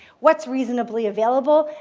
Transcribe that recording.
what's reasonably available?